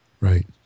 Right